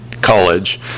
college